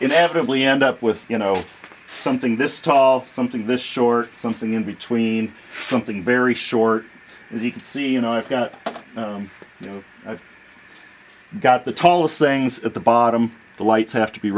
inevitably end up with you know something this tall something this short something in between something very short and you can see you know i've got you know i've got the tallest things at the bottom the lights have to be